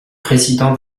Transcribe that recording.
président